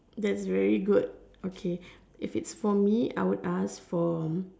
that's very good okay if it's for me I would ask from